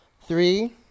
Three